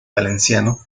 valenciano